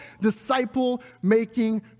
disciple-making